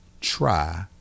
try